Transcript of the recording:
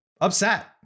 upset